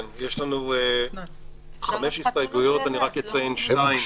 יש לנו חמש הסתייגויות, אני רק אציין שתיים.